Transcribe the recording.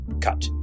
cut